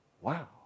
Wow